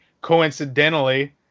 coincidentally